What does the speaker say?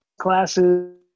classes